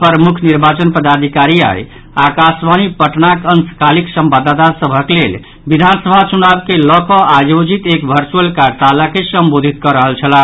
अपर मुख्य निर्वाचन पदाधिकारी आई आकाशवाणी पटनाक अंशकालिक संवाददाता सभक लेल विधानसभा चुनाव के लऽ कऽ आयोजित एक वर्चुअल कार्यशाला के संबोधित कऽ रहल छलाह